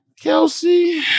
Kelsey